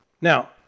Now